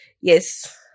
yes